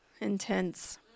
intense